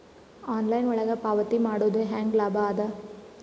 Online ಒಳಗ ಪಾವತಿ ಮಾಡುದು ಹ್ಯಾಂಗ ಲಾಭ ಆದ?